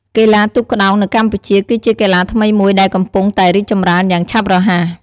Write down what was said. កីឡាទូកក្ដោងនៅកម្ពុជាគឺជាកីឡាថ្មីមួយដែលកំពុងតែរីកចម្រើនយ៉ាងឆាប់រហ័ស។